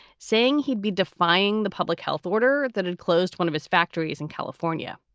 saying he'd be defying the public health order that had closed one of his factories in california.